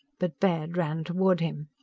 but baird ran toward him.